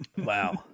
Wow